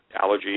allergies